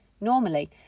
Normally